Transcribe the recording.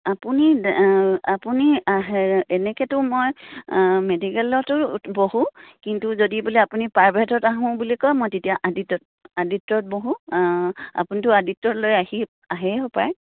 আপুনি আপুনি এনেকৈতো মই মেডিকেলতো বহোঁ কিন্তু যদি বোলে আপুনি প্ৰাইভেটত আহোঁ বুলি কয় মই তেতিয়া আদিত্য়ত আদিত্যত বহোঁ আপুনিতো আদিত্যতলৈ আহি আহেই হপায়